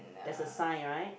there's a sign right